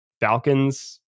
Falcons